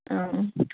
ꯎꯝ ꯎꯝ